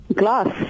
glass